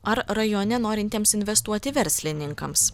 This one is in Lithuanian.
ar rajone norintiems investuoti verslininkams